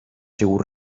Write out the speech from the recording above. sigut